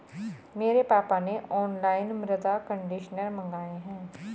मेरे पापा ने ऑनलाइन मृदा कंडीशनर मंगाए हैं